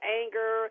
anger